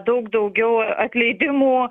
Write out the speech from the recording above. daug daugiau atleidimų